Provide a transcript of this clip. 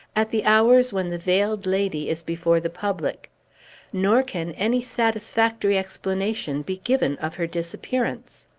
at the hours when the veiled lady is before the public nor can any satisfactory explanation be given of her disappearance.